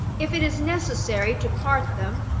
if it is necessary to part them,